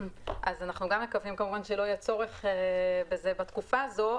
גם אנחנו מקווים כמובן שלא יהיה צורך בזה בתקופה הזאת,